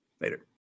later